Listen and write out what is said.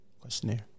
Questionnaire